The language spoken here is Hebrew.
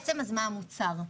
אז בעצם מה המוצר?